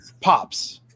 pops